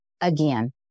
again